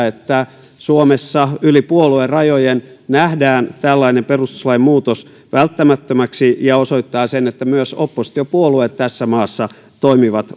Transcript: että suomessa yli puoluerajojen nähdään tällainen perustuslain muutos välttämättömäksi ja osoittaa sen että myös oppositiopuolueet tässä maassa toimivat